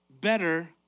better